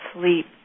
sleep